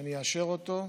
שאני אאשר אותו,